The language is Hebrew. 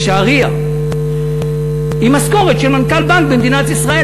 בשערייה, עם משכורת של מנכ"ל בנק במדינת ישראל.